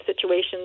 situations